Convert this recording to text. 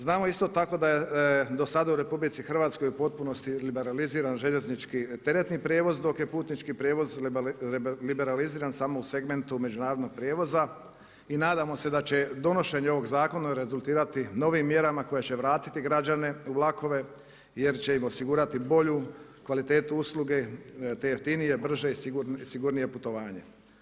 Znamo isto tako da je dosada u RH u potpunosti liberaliziran željeznički teretni prijevoz, dok je putnički prijevoz liberaliziran samo u segmentu međunarodnog prijevoza i nadamo se da će donošenje ovog zakona rezultirati novim mjerama koje će vratiti građane u vlakove, jer će im osigurati bolju kvalitetu usluge te jeftinije, brže i sigurnije putovanje.